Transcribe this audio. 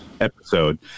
episode